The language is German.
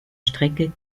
strecke